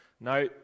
Now